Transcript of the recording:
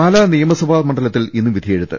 പാലാ നിയമസഭാ മണ്ഡലത്തിൽ ഇന്ന് വിധിയെഴുത്ത്